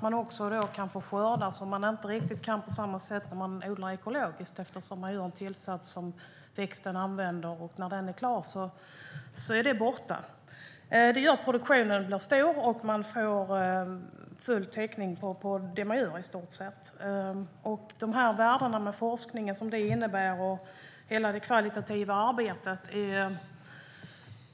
Man kan alltså få skördar som man inte riktigt kan få på samma sätt om man odlar ekologiskt. Man har en tillsats som växten använder, och när den är klar är tillsatsen borta. Det gör att produktionen blir stor och att man i stort sett får full täckning på det man gör. När det gäller de värden som forskningen innebär och hela det kvalitativa arbetet